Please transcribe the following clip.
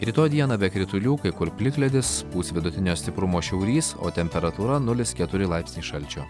rytoj dieną be kritulių kai kur plikledis pūs vidutinio stiprumo šiaurys o temperatūra nulis keturi laipsniai šalčio